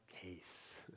case